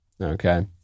okay